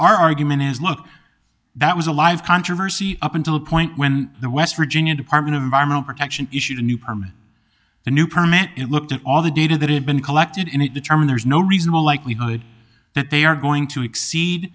our argument is look that was a live controversy up until a point when the west virginia department of environmental protection issued a new permit the new permit looked at all the data that had been collected in it determine there is no reasonable likelihood that they are going to exceed